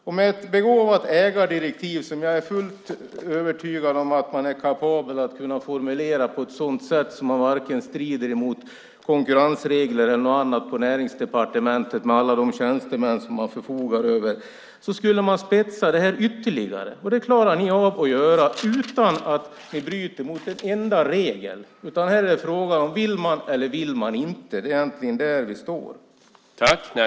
Jag är fullt övertygad om att man på Näringsdepartementet med alla de tjänstemän man förfogar över är kapabel att formulera ett begåvat ägardirektiv på ett sådant sätt att det varken strider mot konkurrensregler eller något annat. Då skulle man spetsa det ytterligare. Det klarar ni av att göra utan att ni bryter mot en enda regel. Här är det fråga om man vill göra det eller inte. Det är egentligen där vi står.